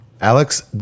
Alex